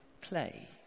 play